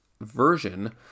version